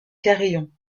carillon